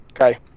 Okay